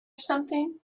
something